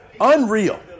Unreal